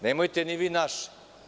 Nemojte ni vi naše.